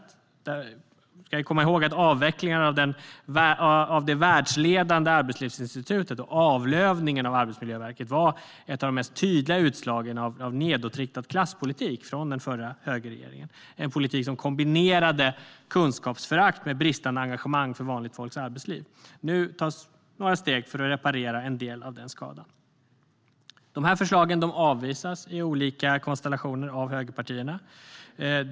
Vi ska komma ihåg att avvecklingen av det världsledande Arbetslivsinstitutet och avlövningen av Arbetsmiljöverket var ett av de mest tydliga utslagen av nedåtriktad klasspolitik från den förra högerregeringen. Det var en politik som kombinerade kunskapsförakt med bristande engagemang för vanligt folks arbetsliv. Nu tas några steg för att reparera en del av den skadan. De här förslagen avvisas av olika konstellationer av högerpartierna.